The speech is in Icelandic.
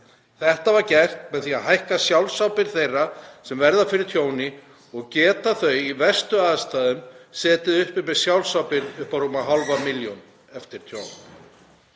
Þetta var gert með því að hækka sjálfsábyrgð þeirra sem verða fyrir tjóni og geta þau í verstu aðstæðum setið uppi með sjálfsábyrgð upp á rúma hálfa milljón eftir tjón.